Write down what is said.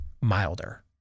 milder